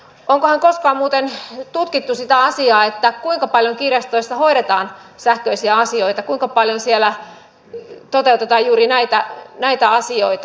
onkohan koskaan muuten tutkittu sitä asiaa kuinka paljon kirjastoissa hoidetaan sähköisiä asioita kuinka paljon siellä toteutetaan juuri näitä asioita